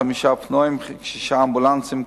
חמישה אופנועים וכשישה אמבולנסים כוננים,